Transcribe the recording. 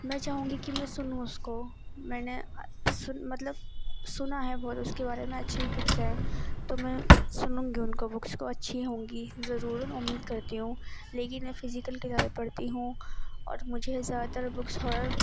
میں چاہوں گی کہ میں سنوں اس کو میں نے مطلب سنا ہے بہت اس کے بارے میں اچھی بکس ہے تو میں سنوں گی ان کو بکس کو اچھی ہوں گی ضرور امید کرتی ہوں لیکن میں فزیکل کتابیں پڑھتی ہوں اور مجھے زیادہ تر بکس ہارر